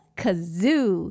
kazoo